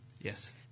Yes